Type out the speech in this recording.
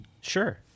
Sure